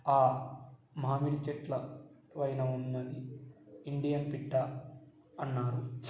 ఆ మామిడి చెట్ల పైన ఉన్నది ఇండియన్ పిట్టా అన్నారు